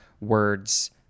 words